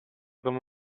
come